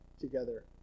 together